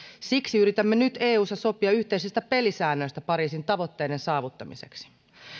siksi yritämme nyt eussa sopia yhteisistä pelisäännöistä pariisin tavoitteiden saavuttamiseksi